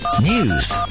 news